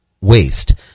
waste